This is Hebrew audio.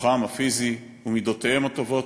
כוחם הפיזי ומידותיהם הטובות,